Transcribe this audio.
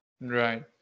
right